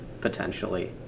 potentially